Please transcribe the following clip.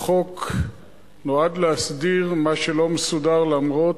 החוק נועד להסדיר מה שלא מסודר למרות